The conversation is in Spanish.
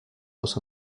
los